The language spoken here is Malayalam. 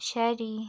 ശരി